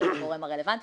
הגורם הרלוונטי,